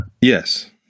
Yes